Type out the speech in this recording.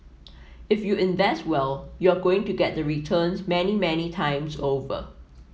if you invest well you're going to get the returns many many times over